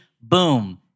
boom